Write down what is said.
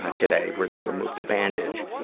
ah today, where they removed the bandage.